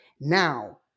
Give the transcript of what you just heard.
Now